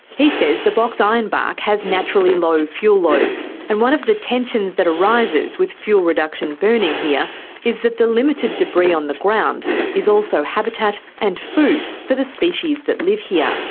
he says the box ironbark has naturally low fuel loads and one of the tensions that arises with fuel reduction burning here is that the limited debris on the ground is also habitat and food for the species that live here.